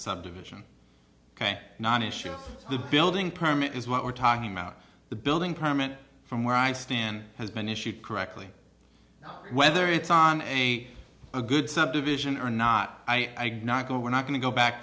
subdivision ok non issue the building permit is what we're talking about the building permit from where i stand has been issued correctly whether it's on a good subdivision or not i not go we're not going to go back